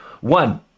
one